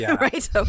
right